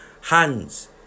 hands